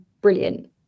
brilliant